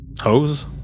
Hose